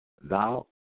Thou